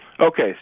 Okay